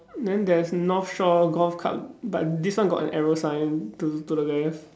then there's north shore golf club but this one got an arrow to to the left